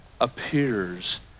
appears